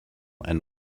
and